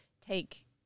take